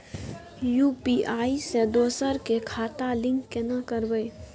UPI से दोसर के खाता लिंक केना करबे?